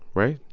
right?